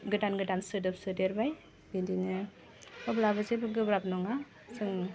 गोदान गोदान सोदोब सोदेरबाय बिदिनो अब्लाबो जेबो गोब्राब नङा जों